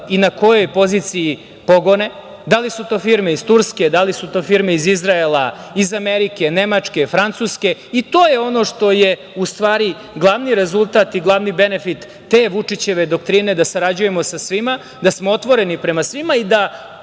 i na kojoj poziciji pogone, da li su to firme iz Turske, da li su to firme iz Izraela, iz Amerike, iz Nemačke, Francuske i to je ono što je, u stvari, glavni rezultat i glavni benefit te Vučićeve doktrine da sarađujemo sa svima, da smo otvoreni prema svima i da